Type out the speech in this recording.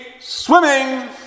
swimming